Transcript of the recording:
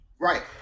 Right